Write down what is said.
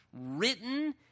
written